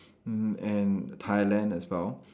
mm and Thailand as well